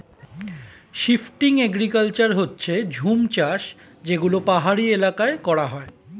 shifting agriculture হচ্ছে জুম চাষ যেগুলো পাহাড়ি এলাকায় করা হয়